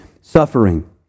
suffering